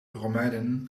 romeinen